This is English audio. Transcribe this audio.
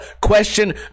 question